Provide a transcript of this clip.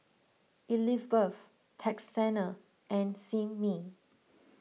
Elizbeth Texanna and Simmie